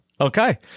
Okay